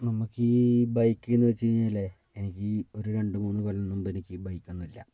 നമുക്ക് ഈ ബൈക്ക്ന്ന് വെച്ച് കഴിഞ്ഞാൽ എനിക്ക് ഈ ഒരു രണ്ട് മൂന്ന് കൊല്ലം മുമ്പ് എനിക്ക് ഈ ബൈക്കൊന്നും ഇല്ല